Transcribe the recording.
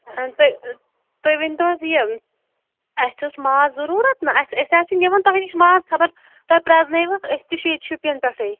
تہٕ تُہۍ ؤنۍ تُہۍ ؤنۍ تو حظ یہِ اَسہِ اوس ماز ضروٗرت نا اَسہِ أسۍ حظ چھِ نِوان تۄہہِ نِش ماز خبر تۄہہِ پرٛزنٲیوا أسۍ تہِ چھِ ییٚتہِ شُپیَن پٮ۪ٹھٕے